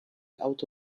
out